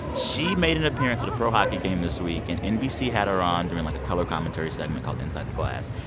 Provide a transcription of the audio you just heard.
she made an appearance at a pro hockey game this week. and nbc had her on doing, like, a color commentary segment called inside the glass.